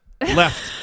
left